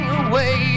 away